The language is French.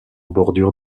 bordure